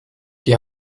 die